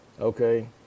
okay